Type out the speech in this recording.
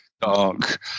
dark